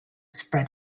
spread